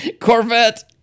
Corvette